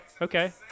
okay